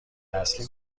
اصلی